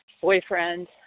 boyfriend